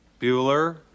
Bueller